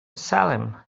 salem